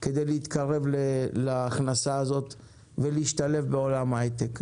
כדי להתקרב להכנסה הזאת ולהשתלב בעולם ההייטק.